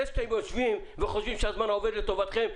זה שיושבים וחושבים שהזמן עובד לטובתכם,